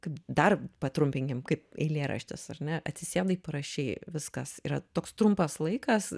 kaip dar patrumpinkim kaip eilėraštis ar ne atsisėdai parašei viskas yra toks trumpas laikas